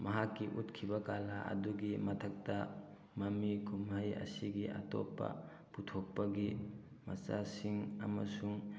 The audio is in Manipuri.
ꯃꯍꯥꯛꯀꯤ ꯎꯠꯈꯤꯕ ꯀꯂꯥ ꯑꯗꯨꯒꯤ ꯃꯊꯛꯇ ꯃꯃꯤ ꯀꯨꯝꯍꯩ ꯑꯁꯤꯒꯤ ꯑꯇꯣꯞꯄ ꯄꯨꯊꯣꯛꯄꯒꯤ ꯃꯆꯥꯁꯤꯡ ꯑꯃꯁꯨꯡ